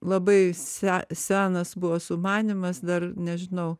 labai se senas buvo sumanymas dar nežinau